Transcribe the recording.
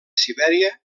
sibèria